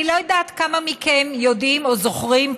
אני לא יודעת כמה מכם יודעים או זוכרים,